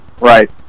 Right